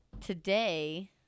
today